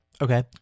Okay